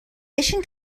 بشین